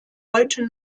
heute